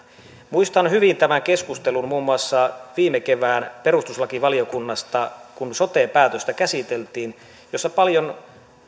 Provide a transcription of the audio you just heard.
muistan hyvin muun muassa keskustelun viime kevään perustuslakivaliokunnasta kun sote päätöstä käsiteltiin jossa paljon